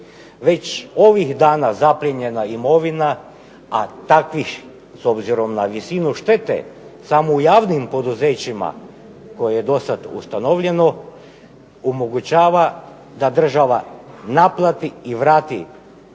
Već ovih dana zaplijenjena imovina, a takvih s obzirom na visinu štetu samo u javnim poduzećima koje je do sad ustanovljeno omogućava da država naplati i vrati